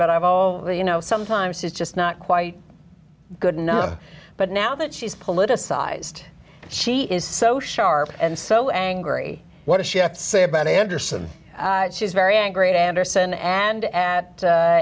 but i've also you know sometimes he's just not quite good enough but now that she's politicized she is so sharp and so angry what does she say about anderson she's very angry at anderson and at